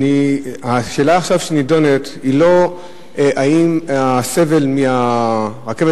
השאלה שנדונה עכשיו היא לא אם הסבל מהרכבת